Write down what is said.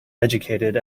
educated